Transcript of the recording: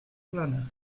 plana